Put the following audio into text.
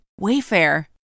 Wayfair